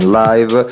live